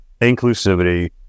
inclusivity